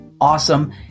Awesome